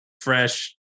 fresh